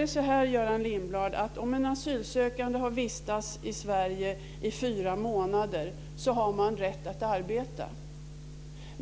också försvinna? Om en asylsökande har vistats i Sverige i fyra månader, Göran Lindblad, har den asylsökande rätt att arbeta.